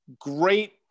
great